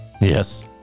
Yes